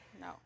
no